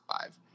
five